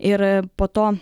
ir po to